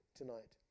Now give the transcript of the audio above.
tonight